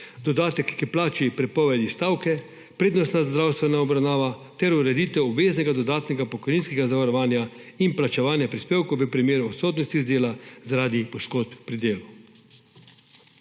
dodatek k plači za prepoved stavke, prednostna zdravstvena obravnava ter ureditev obveznega dodatnega pokojninskega zavarovanja in plačevanja prispevkov v primeru odsotnosti z dela zaradi poškodb pri delu.